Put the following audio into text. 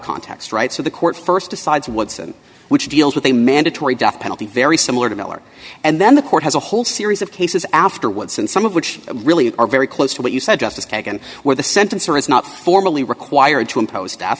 context right so the court st decides what's and which deals with a mandatory death penalty very similar to miller and then the court has a whole series of cases afterwards and some of which really are very close to what you said justice kagan where the sentence or is not formally required to impose